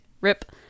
Rip